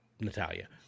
Natalia